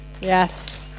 Yes